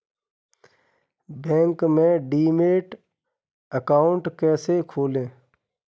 Bank में demat account कैसे खोलें?